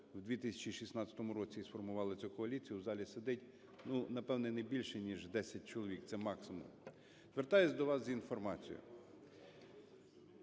у 2016 році і сформували цю коаліцію, в залі сидить, напевно, не більше ніж 10 чоловік, це максимум. Звертаюся до вас з інформацією.